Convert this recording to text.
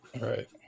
Right